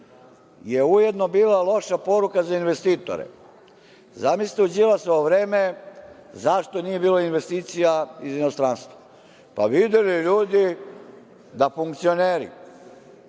je ujedno bila loša poruka za investitore. Zamislite, u Đilasovo vreme, zašto nije bilo investicija iz inostranstva? Pa, videli ljudi da funkcioneri,